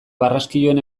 barraskiloen